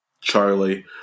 Charlie